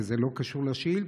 וזה לא קשור לשאילתה,